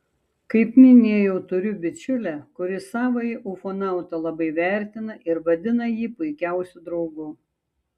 kaip minėjau turiu bičiulę kuri savąjį ufonautą labai vertina ir vadina jį puikiausiu draugu